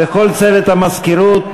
וכל צוות המזכירות,